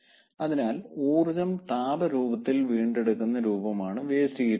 അതിനാൽ ഊർജ്ജം താപ രൂപത്തിൽ വീണ്ടെടുക്കുന്ന രൂപമാണ് വേസ്റ്റ് ഹീറ്റ് റിക്കവറി